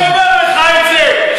אני אומר לך את זה.